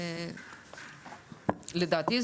לדעתי,